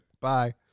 Bye